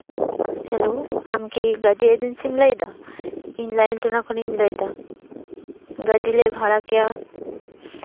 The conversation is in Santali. ᱦᱮᱞᱳ ᱟᱢᱠᱤ ᱜᱟᱹᱰᱤ ᱮᱡᱮᱱᱥᱤᱢ ᱞᱟᱹᱭᱫᱟ ᱤᱧ ᱞᱟᱹᱭᱤᱱ ᱴᱚᱞᱟ ᱠᱷᱚᱱᱤᱧ ᱞᱟᱹᱭᱫᱟ ᱜᱟᱹᱰᱤ ᱞᱮ ᱵᱷᱟᱲᱟ ᱠᱮᱭᱟ